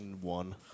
One